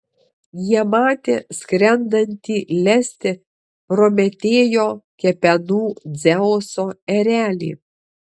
jie matė skrendantį lesti prometėjo kepenų dzeuso erelį